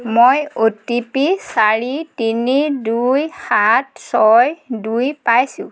মই O T P চাৰি তিনি দুই সাত ছয় দুই পাইছোঁ